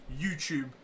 YouTube